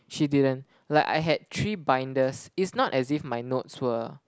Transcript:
she didn't like I had three binders it's not as if my notes were